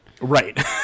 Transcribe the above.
right